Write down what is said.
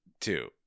Two